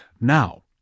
now